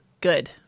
good